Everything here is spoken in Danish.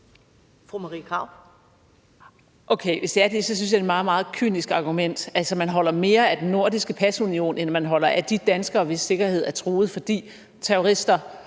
jeg, det er et meget, meget kynisk argument. Altså, man holder mere af den nordiske pasunion, end man holder af de danskere, hvis sikkerhed er truet, fordi terrorister,